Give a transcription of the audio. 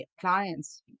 clients